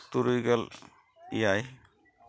ᱛᱩᱨᱩᱭ ᱜᱮᱞ ᱮᱭᱟᱭ